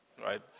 right